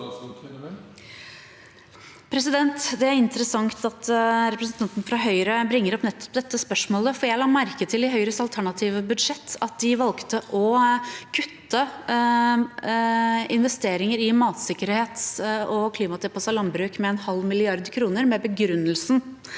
Det er interessant at representanten fra Høyre bringer opp nettopp dette spørsmålet, for jeg la merke til i Høyres alternative budsjett at de valgte å kutte investeringer i matsikkerhet og klimatilpasset landbruk med en halv milliard kroner, med den begrunnelse